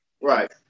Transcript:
Right